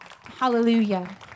hallelujah